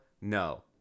No